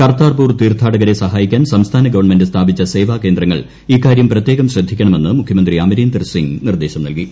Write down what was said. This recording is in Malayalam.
കർത്താർപൂർ തീർത്ഥാടകരെ സഹായിക്കാൻ സംസ്ഥാന ഗവൺമെന്റ് സ്ഥാപിച്ച സേവാ കേന്ദ്രങ്ങൾ ഇക്കാര്യം പ്രത്യേകം ശ്രദ്ധിക്കണമെന്ന് മുഖ്യമന്ത്രി അമരീന്ദർ സിങ് നിർദ്ദേശം നൽകി